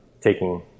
taking